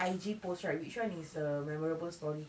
I_G post right which one is a memorable story